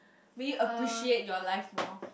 being appreciate your life more